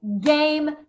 game